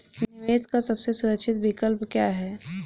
निवेश का सबसे सुरक्षित विकल्प क्या है?